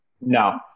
No